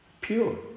pure